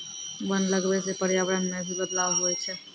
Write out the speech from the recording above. वन लगबै से पर्यावरण मे भी बदलाव हुवै छै